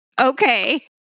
okay